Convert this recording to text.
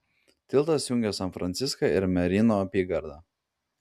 tiltas jungia san franciską ir merino apygardą